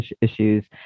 issues